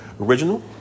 original